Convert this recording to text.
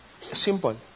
Simple